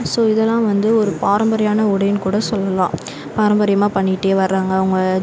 so இதலாம் வந்து ஒரு பாரம்பரியான உடைனு கூட சொல்லலாம் பாரம்பரியமாக பண்ணிக்கிட்டே வராங்க அவங்க